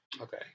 Okay